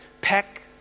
peck